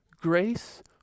Grace